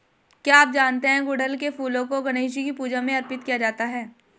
क्या आप जानते है गुड़हल के फूलों को गणेशजी की पूजा में अर्पित किया जाता है?